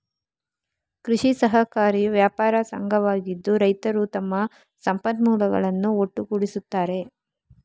ಕೃಷಿ ಸಹಕಾರಿಯು ವ್ಯಾಪಾರ ಸಂಘವಾಗಿದ್ದು, ರೈತರು ತಮ್ಮ ಸಂಪನ್ಮೂಲಗಳನ್ನು ಒಟ್ಟುಗೂಡಿಸುತ್ತಾರೆ